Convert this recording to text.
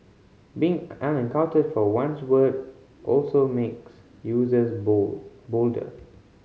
being unaccountable for one's word also makes users bold bolder